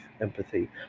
empathy